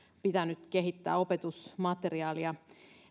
pitänyt kehittää opetusmateriaalia